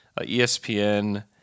ESPN